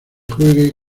juegue